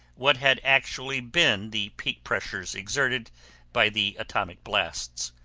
what had actually been the peak pressures exerted by the atomic blasts.